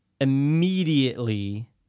immediately